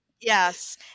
Yes